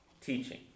teaching